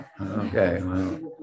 okay